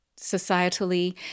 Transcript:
societally